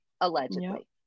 allegedly